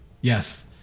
Yes